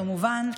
כמובן,